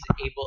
able